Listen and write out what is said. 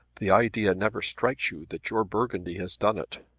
the idea never strikes you that your burgundy has done it!